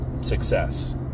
success